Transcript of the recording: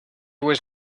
was